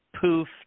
poof